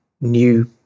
new